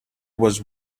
was